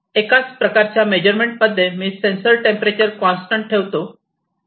एकाच प्रकारच्या मेजरमेंट मध्ये मी सेंसर टेंपरेचर कॉन्स्टंट ठेवतो